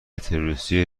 تروریستی